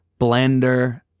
blender